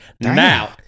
Now